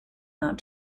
not